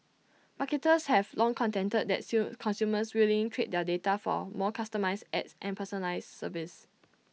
marketers have long contended that sume consumers willing in trade their data for more customised ads and personalised services